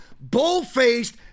bull-faced